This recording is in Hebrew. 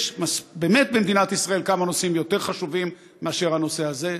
יש במדינת ישראל כמה נושאים יותר חשובים מאשר הנושא הזה.